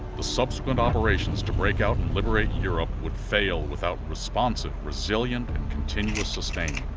the subsequent operations to break out and liberate europe would fail without responsive, resilient, and continuous sustainment.